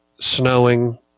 snowing